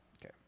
Okay